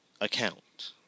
account